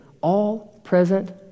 all-present